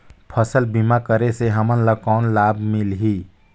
फसल बीमा करे से हमन ला कौन लाभ मिलही?